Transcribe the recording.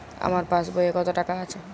আমার পাসবই এ কত টাকা আছে?